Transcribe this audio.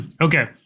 Okay